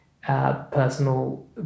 Personal